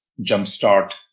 jumpstart